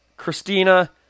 Christina